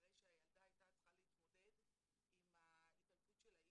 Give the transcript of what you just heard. אחרי שהילדה הייתה צריכה להתמודד עם ההתעלפות של האימא,